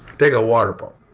take a water pump.